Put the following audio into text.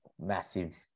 massive